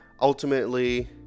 Ultimately